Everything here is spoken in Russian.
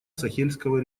сахельского